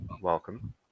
Welcome